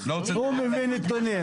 הוא מביא נתונים.